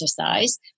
exercise